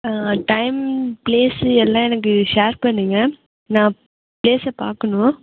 time place எல்லாம் எனக்கு share பண்ணுங்க நான் பிளேசை பார்க்கணும்